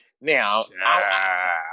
Now